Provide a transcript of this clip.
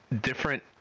different